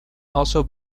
also